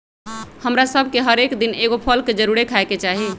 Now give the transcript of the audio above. हमरा सभके हरेक दिन एगो फल के जरुरे खाय के चाही